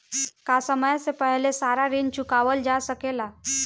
का समय से पहले सारा ऋण चुकावल जा सकेला?